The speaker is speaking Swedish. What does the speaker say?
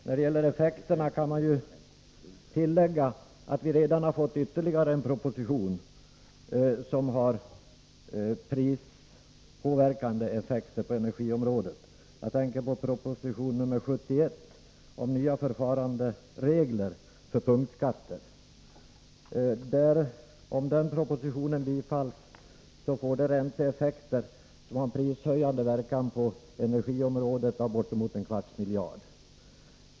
När det gäller effekterna kan man tillägga att vi redan har fått ytterligare en proposition som har prispåverkande effekter på energiområdet. Jag tänker på proposition nr 71 om nya förfaranderegler för punktskatter. Om den propositionen bifalls, får det ränteeffekter som har prishöjande verkan på energiområdet av bortemot en kvarts miljard.